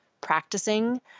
practicing